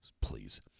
Please